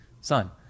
son